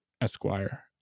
esquire